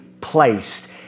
placed